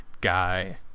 guy